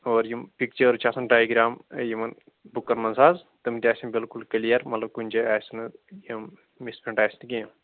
اور یِم پَکچٲرٕس چھِ آسان ڈایگرٛام یِمن لُکن منٛز حظ تِم تہِ آسَن بِلکُل کِلیر مطلب کُنہِ جایہِ آسہِ نہٕ یِم مِس پرنٛٹ آسہِ نہٕ کیٚنٛہہ